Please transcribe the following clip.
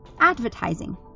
advertising